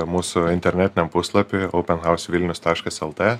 mūsų internetiniam puslapy open house vilnius taškas lt